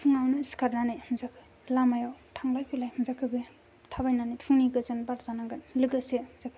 फुंआवनो सिखारनानै लामायाव थांलाय फैलाय थाबायनानै फुंनि गोजोन बार जानांगोन लोगोसे